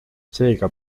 seega